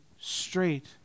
straight